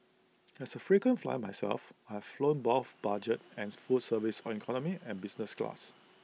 as A frequent flyer myself I've flown both budget and full service on economy and business class